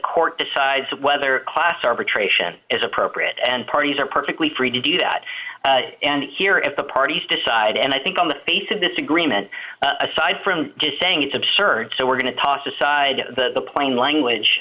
court decides whether class arbitration is appropriate and parties are perfectly free to do that and here at the parties decide and i think on the basis of this agreement aside from just saying it's absurd so we're going to toss aside the plain language